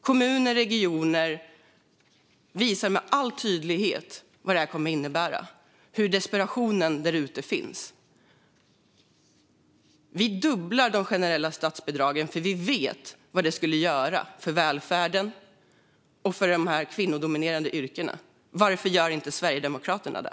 Kommuner och regioner visar med all tydlighet vad detta kommer att innebära och desperationen som finns där ute. Vi dubblar de generella statsbidragen, för vi vet vad det skulle göra för välfärden och för de här kvinnodominerade yrkena. Varför gör inte Sverigedemokraterna det?